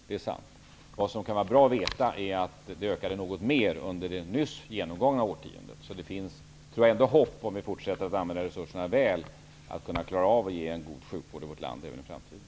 Det är sant. Vad som kan vara bra att veta är att det ökade något mer under det nyss genomgångna årtiondet. Så det finns ändå hopp, tror jag, om vi fortsätter att använda resurserna väl, att kunna klara av att ge en god sjukvård i vårt land även i framtiden.